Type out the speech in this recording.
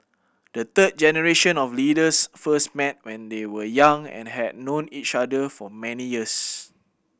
the third generation of leaders first met when they were young and had known each other for many years